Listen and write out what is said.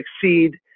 succeed